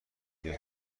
میگن